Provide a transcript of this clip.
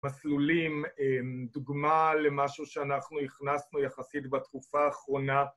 מסלולים, דוגמה למשהו שאנחנו הכנסנו יחסית בתקופה האחרונה